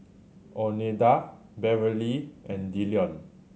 Oneida Beverly and Dillon